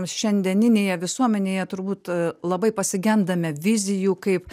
šiandieninėje visuomenėje turbūt labai pasigendame vizijų kaip